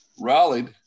rallied